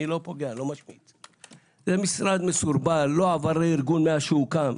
לא עבר רה ארגון מאז שהוקם.